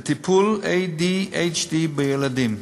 לטיפול ב-ADHD בילדים,